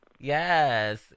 yes